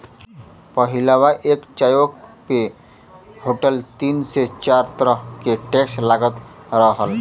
पहिलवा एक चाय्वो पे होटल तीन से चार तरह के टैक्स लगात रहल